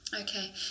Okay